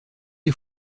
les